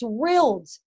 thrilled